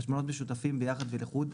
חשבונות משותפים ביחד ולחוד.